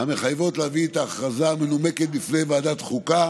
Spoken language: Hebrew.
המחייבות להביא את ההכרזה המנומקת בפני ועדת חוקה